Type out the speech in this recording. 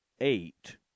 eight